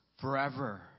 forever